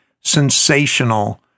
sensational